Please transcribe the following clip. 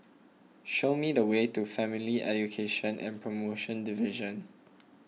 show me the way to Family Education and Promotion Division